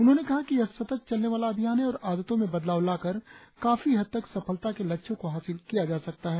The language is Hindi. उन्होंने कहा कि यह सतत चलने वाला अभियान है और आदतों में बदलाव लाकर काफी हद तक सफलता के लक्ष्यों को हासिल किया जा सकता है